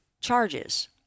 charges